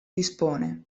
dispone